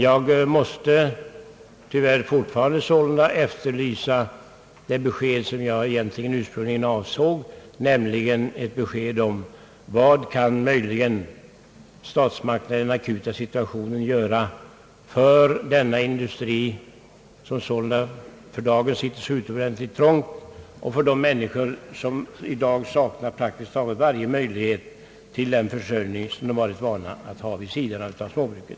Jag måste tyvärr fortfarande efterlysa det besked som jag egentligen ursprungligen avsåg, nämligen ett besked om vad statsmakterna i den akuta situationen kan göra för den industri som för dagen sitter så utomordentligt trångt och för de människor som i dag saknar praktiskt taget varje möjlighet att få den försörjning som de varit vana vid att ha vid sidan om småbruken.